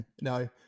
No